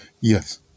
Yes